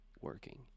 working